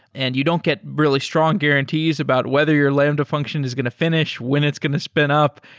and you don't get really strong guarantees about whether your lambda function is going to finish. when it's going to spin up?